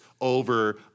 over